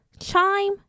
chime